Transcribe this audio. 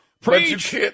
Preach